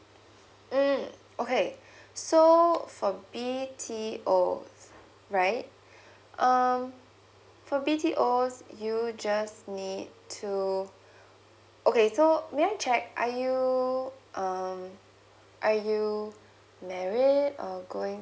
mm okay so for B_T_O right um for B_T_O you just need to okay so may I check are you um are you married uh going